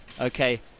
Okay